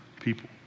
people